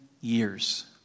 years